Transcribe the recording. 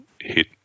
hit